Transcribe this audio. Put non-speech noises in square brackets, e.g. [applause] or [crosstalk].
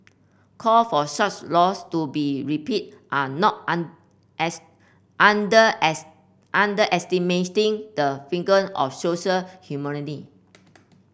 call for such laws to be repealed are not [unintelligible] as under as underestimating the finger of social [unintelligible]